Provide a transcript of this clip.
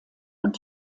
und